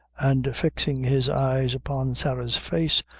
and fixing his eyes upon sarah's face,